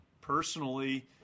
personally